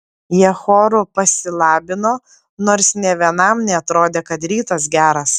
jie choru pasilabino nors nė vienam neatrodė kad rytas geras